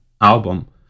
album